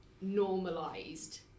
normalized